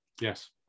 Yes